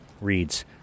reads